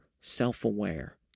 self-aware